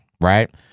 right